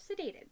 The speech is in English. sedated